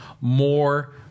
more